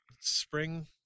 spring